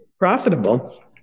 profitable